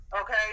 Okay